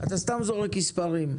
אתה סתם זורק מספרים.